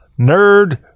nerd